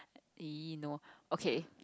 !ee! no okay